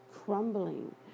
crumbling